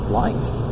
life